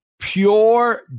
pure